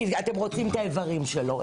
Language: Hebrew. כי אתם רוצים את האיברים שלו.